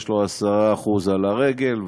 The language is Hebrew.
יש לו 10% על הרגל,